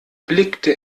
blickte